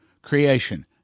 Creation